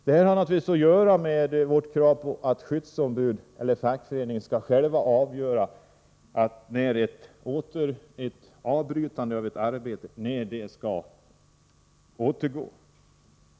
Det här har naturligtvis att göra med vårt krav på att fackföreningarna själva skall få avgöra när ett arbete skall avbrytas och när det skall återupptas.